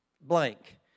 blank